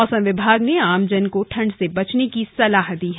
मौसम विभाग ने आमजन को ठंड से बचने की सलाह दी है